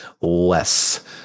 less